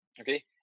okay